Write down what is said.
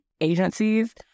agencies